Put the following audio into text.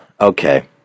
okay